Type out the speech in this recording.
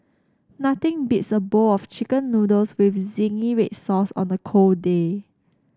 nothing beats a bowl of chicken noodles with zingy red sauce on a cold day